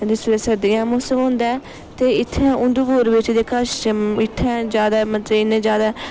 ते जिस बेल्लै सर्दियां मौसम होंदा ऐ ते इत्थैं उधमपुर बिच्च जेह्का शम इत्थें ज्यादा मतलब इन्नें ज्यादा